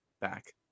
back